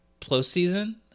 postseason